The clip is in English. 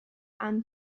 and